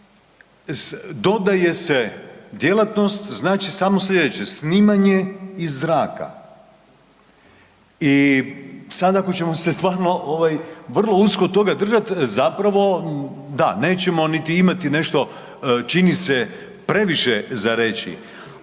dodaje se djelatnost, znači samo slijedeće, snimanje iz zraka. I sad ako ćemo se stvarno vrlo usko toga držat, zapravo, da, nećemo niti imati nešto čini previše za reći